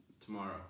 Tomorrow